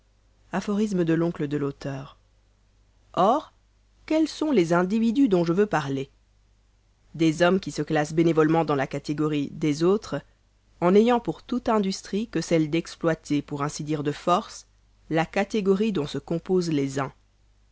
or quels sont les individus dont je veux parler des hommes qui se classent bénévolement dans la catégorie des autres en n'ayant pour toute industrie que celle d'exploiter pour ainsi dire de force la catégorie dont se composent les uns